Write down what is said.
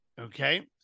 Okay